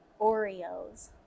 Oreos